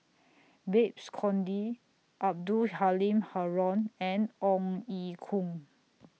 Babes Conde Abdul Halim Haron and Ong Ye Kung